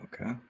okay